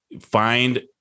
find